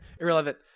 irrelevant